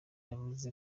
yavuze